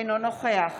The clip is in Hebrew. אינו נוכח